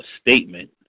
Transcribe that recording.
statement